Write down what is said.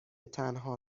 تنها